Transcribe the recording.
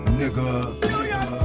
nigga